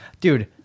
dude